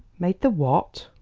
made the what?